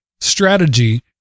strategy